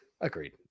Agreed